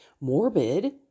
morbid